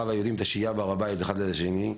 והיהודים את השהייה בהר הבית אחד ליד השני.